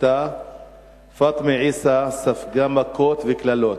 הוכתה פאטמה עיסא וספגה מכות וקללות